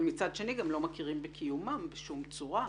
אבל מצד שני גם לא מכירים בקיומם בשום צורה.